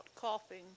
coughing